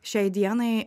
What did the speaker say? šiai dienai